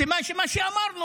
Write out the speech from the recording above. סימן שזה מה שאמרנו,